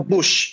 Bush